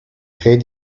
créer